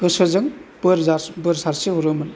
गोसोजों बोर जासि बोर सारस्रिहरोमोन